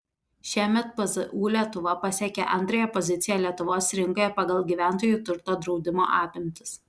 šiemet pzu lietuva pasiekė antrąją poziciją lietuvos rinkoje pagal gyventojų turto draudimo apimtis